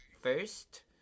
first